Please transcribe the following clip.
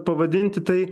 pavadinti tai